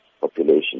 population